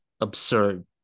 absurd